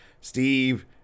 Steve